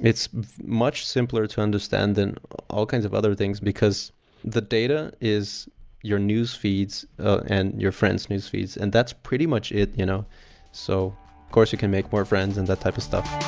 it's much simpler to understand than all kinds of other things because the data is your newsfeeds and your friends' newsfeeds, and that's pretty much it. of you know so course, you can make more friends in that type of stuff.